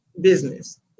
business